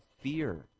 fear